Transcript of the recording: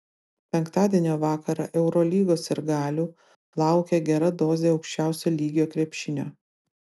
penktadienio vakarą eurolygos sirgalių laukia gera dozė aukščiausio lygio krepšinio